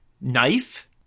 Knife